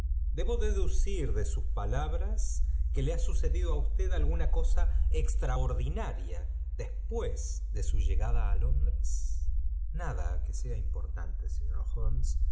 i ducir de sus palabras que je ha sucedido á usted á íondre a extraordiaaria después de sil llegada nada que sea importante